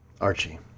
Archie